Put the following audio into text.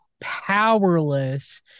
powerless